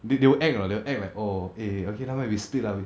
they they will act lah they act like oh eh okay nevermind we split lah